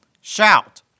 Shout